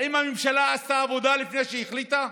האם הממשלה עשתה עבודה לפני שהחליטה?